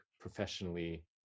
professionally